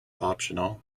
optional